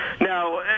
Now